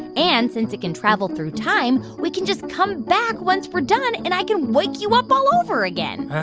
and since it can travel through time, we can just come back once we're done, and i can wake you up all over again